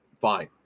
fine